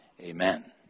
amen